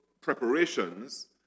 preparations